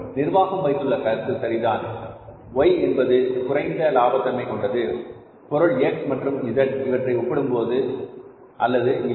நிர்வாகம் வைத்துள்ள கருத்து சரிதான் பொருள் Y என்பது குறைந்த லாப தன்மை கொண்டது பொருள் எக்ஸ் மற்றும் இஸட் இவற்றை ஒப்பிடும்போது அல்லது இல்லை